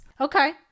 okay